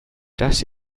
dash